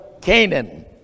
Canaan